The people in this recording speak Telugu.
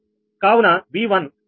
కావున V11